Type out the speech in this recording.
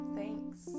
thanks